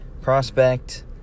prospect